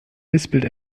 lispelt